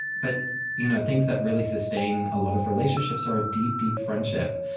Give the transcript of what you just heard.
but you know things that really sustain a lot of relationships are a deep, deep friendship.